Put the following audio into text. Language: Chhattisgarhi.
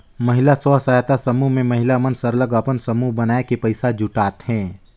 महिला स्व सहायता समूह में महिला मन सरलग अपन समूह बनाए के पइसा जुटाथें